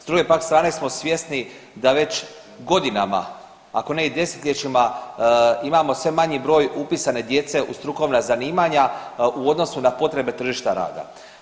S druge pak strane smo svjesni da već godinama ako ne i desetljećima imamo sve manji broj upisane djece u strukovna zanimanja u odnosu na potrebe tržišta rada.